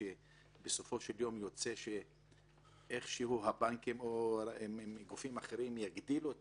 שבסופו של יום יצא שהבנקים או גופים אחרים יגדילו את